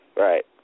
Right